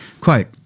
Quote